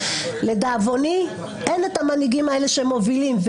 לדאבוני, אין את המנהיגים האלה שמובילים.